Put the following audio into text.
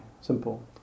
Simple